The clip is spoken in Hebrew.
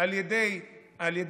על ידי הכנסת,